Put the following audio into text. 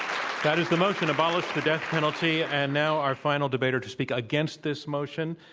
that is the motion, abolish the death penalty. and now, our final debater to speak against this motion,